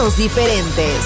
Diferentes